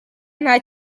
nta